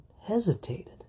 hesitated